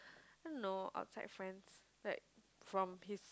I don't know outside friends like from his